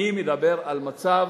אני מדבר על מצב